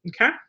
Okay